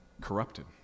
corrupted